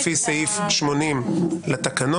לפי סעיף 80 לתקנון,